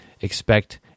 expect